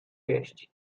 jeść